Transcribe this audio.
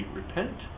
repent